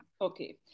Okay